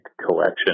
collection